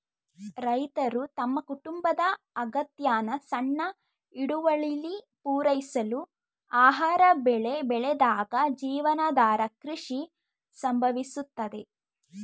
ರೈತರು ತಮ್ಮ ಕುಟುಂಬದ ಅಗತ್ಯನ ಸಣ್ಣ ಹಿಡುವಳಿಲಿ ಪೂರೈಸಲು ಆಹಾರ ಬೆಳೆ ಬೆಳೆದಾಗ ಜೀವನಾಧಾರ ಕೃಷಿ ಸಂಭವಿಸುತ್ತದೆ